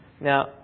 Now